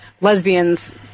lesbians